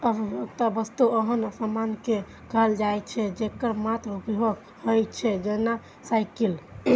उपभोक्ता वस्तु ओहन सामान कें कहल जाइ छै, जेकर मात्र उपभोग होइ छै, जेना साइकिल